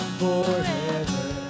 forever